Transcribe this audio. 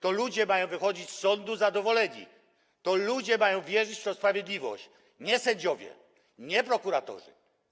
To ludzie mają wychodzić z sądu zadowoleni, to ludzie mają wierzyć w sprawiedliwość, nie sędziowie, nie prokuratorzy.